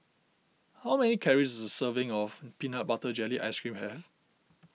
how many calories does a serving of Peanut Butter Jelly Ice Cream have